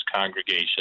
congregation